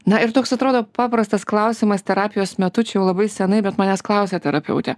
na ir toks atrodo paprastas klausimas terapijos metu čia jau labai senai bet manęs klausia terapeutė